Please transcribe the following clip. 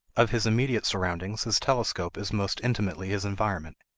of his immediate surroundings, his telescope is most intimately his environment.